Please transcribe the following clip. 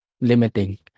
limiting